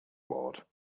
ward